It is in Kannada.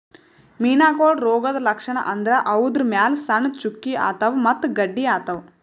ಮೀನಾಗೋಳ್ ರೋಗದ್ ಲಕ್ಷಣ್ ಅಂದ್ರ ಅವುದ್ರ್ ಮ್ಯಾಲ್ ಸಣ್ಣ್ ಚುಕ್ಕಿ ಆತವ್ ಮತ್ತ್ ಗಡ್ಡಿ ಆತವ್